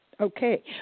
Okay